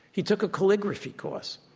he took a calligraphy course.